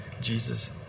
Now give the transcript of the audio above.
Jesus